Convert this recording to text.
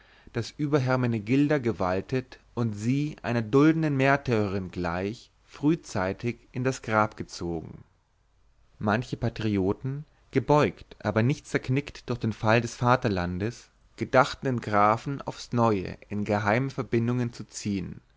das über hermenegilda gewaltet und sie einer duldenden märtyrin gleich frühzeitig in das grab gezogen manche patrioten gebeugt aber nicht zerknickt durch den fall des vaterlandes gedachten den grafen aufs neue in geheime verbindungen zu ziehen